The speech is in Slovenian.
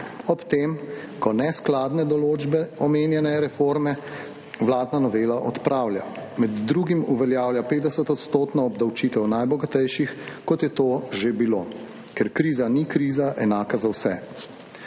Ob tem, ko neskladne določbe omenjene reforme vladna novela odpravlja. Med drugim uveljavlja 50 odstotno obdavčitev najbogatejših, kot je to že bilo, ker kriza ni kriza enaka za vse.